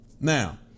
now